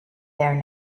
there